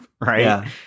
right